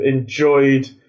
enjoyed